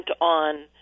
on